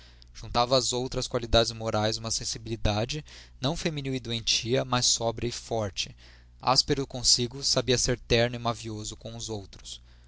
juntava às outras qualidades morais uma sensibilidade não feminil e doentia mas sóbria e forte áspero consigo sabia ser terno e mavioso com os outros